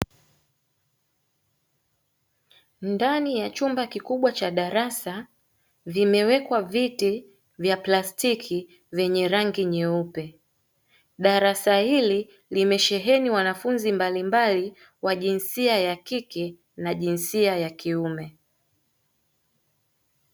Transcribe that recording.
Ndani ya chumba kikubwa cha darasa vimewekwa viti vya plastiki vyenye rangi nyeupe. Darasa hili limesheheni wanafunzi mbalimbali wa jinsia ya kike na jinsia ya kiume.